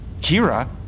Kira